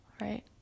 right